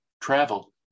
travel